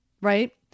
right